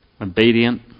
obedient